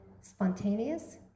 spontaneous